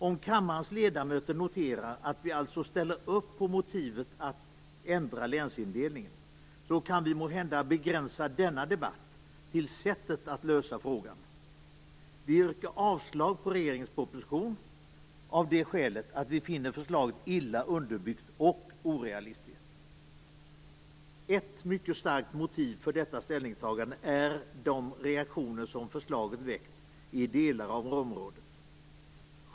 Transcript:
Om kammarens ledamöter noterar att vi moderater alltså ställer upp på motivet för att ändra länsindelningen så kan vi måhända begränsa denna debatt till sättet att lösa problemet. Vi moderater yrkar avslag på regeringens proposition av det skälet att vi finner förslaget illa underbyggt och orealistiskt. Ett mycket starkt motiv för detta ställningstagande är de reaktioner förslaget väckt i delar av området.